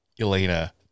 Elena